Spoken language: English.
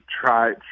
try